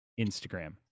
Instagram